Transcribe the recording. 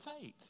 faith